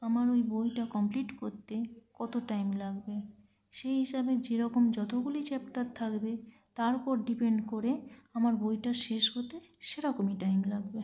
আমার ওই বইটা কমপ্লিট করতে কত টাইম লাগবে সেই হিসাবে যেরকম যতগুলি চ্যাপ্টার থাকবে তার উপর ডিপেন্ড করে আমার বইটা শেষ হতে সেরকমই টাইম লাগবে